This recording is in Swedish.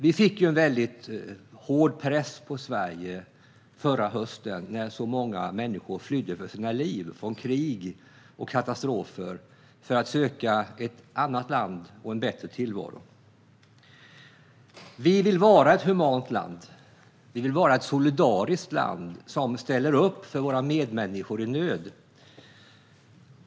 Vi fick en hård press på Sverige förra hösten, när så många människor flydde för sina liv, från krig och katastrofer, för att söka ett annat land och en bättre tillvaro. Vi vill vara ett humant land. Vi vill vara ett solidariskt land som ställer upp för våra medmänniskor i nöd.